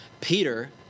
Peter